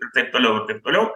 ir taip toliau ir taip toliau